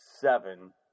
seven